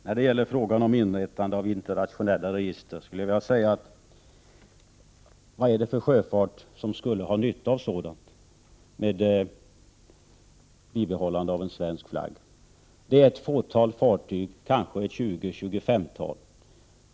Herr talman! När det gäller inrättandet av ett internationellt register skulle jag vilja fråga: Vad är det för sjöfart som skulle ha nytta av ett sådant med bibehållande av en svensk flagg? Det är ett fåtal fartyg, kanske 20-25.